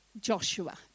Joshua